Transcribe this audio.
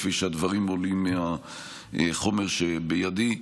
כפי שהדברים עולים מהחומר שבידי.